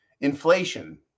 Inflation